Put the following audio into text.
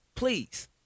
Please